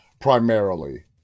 primarily